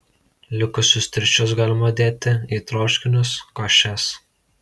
likusius tirščius galima dėti į troškinius košes